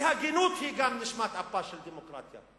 כי הגינות היא גם נשמת אפה של דמוקרטיה.